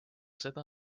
seda